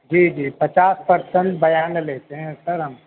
جی جی پچاس پرسنٹ بیعانہ لیتے ہیں سر ہم